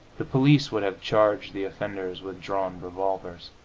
the police would have charged the offenders with drawn revolvers.